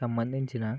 సంబంధించిన